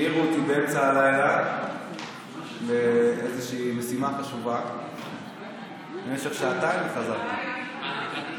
העירו אותי באמצע הלילה למשימה חשובה למשך שעתיים וחזרתי.